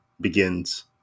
begins